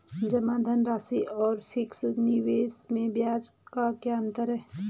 जमा धनराशि और फिक्स निवेश में ब्याज का क्या अंतर है?